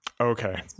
Okay